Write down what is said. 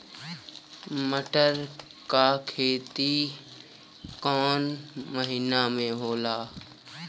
मटर क खेती कवन महिना मे होला?